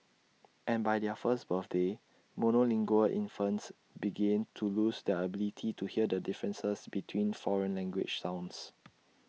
and by their first birthdays monolingual infants begin to lose their ability to hear the differences between foreign language sounds